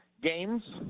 Games